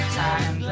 time